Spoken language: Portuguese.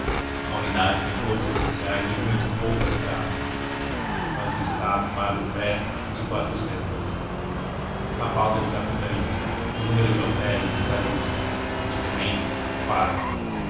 a unidade tem poucos oficiais e muito poucas praças mas o estado paga o pré de quatrocentas há falta de capitães o número de alferes está justo o de tenentes quase